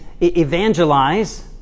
evangelize